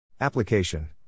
Application